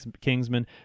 Kingsman